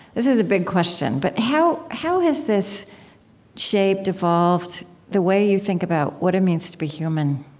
this is a big question, but how how has this shaped, evolved, the way you think about what it means to be human?